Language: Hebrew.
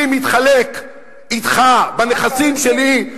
אם אני מתחלק אתך בנכסים שלי,